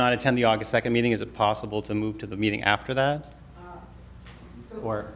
not attend the august second meeting is it possible to move to the meeting after that or